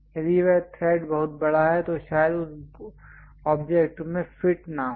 यदि वह थ्रेड बहुत बड़ा है तो शायद वह उस ऑब्जेक्ट में भी फिट न हो